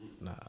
nah